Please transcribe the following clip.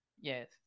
Yes